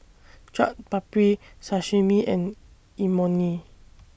Chaat Papri Sashimi and Imoni